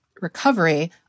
recovery